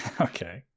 Okay